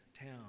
town